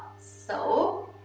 so,